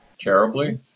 Terribly